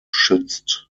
schützt